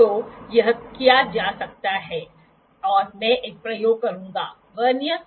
handling कभी कभी मुश्किल हो सकती हैऔर स्लिप गेज की स्थिति निर्धारण भी